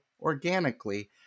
organically